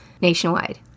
nationwide